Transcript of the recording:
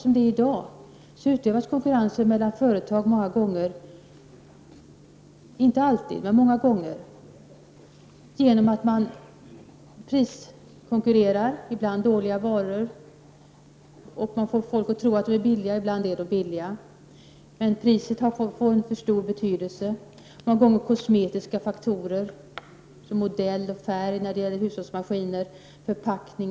I dag utövas konkurrens mellan företag många gånger — inte alltid, men många gånger — genom att man priskonkurrerar. Ibland görs det med dåliga varor. Man får folk att tro att varorna är billiga, ibland är de billiga. Priset får dock för stor betydelse. Många gånger får också kosmetiska faktorer betydelse, som egentligen inte är rationella när det gäller kundens användning av varorna.